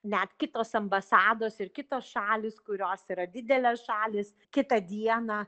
net kitos ambasados ir kitos šalys kurios yra didelės šalys kitą dieną